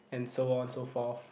and so on so forth